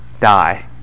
Die